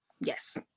Yes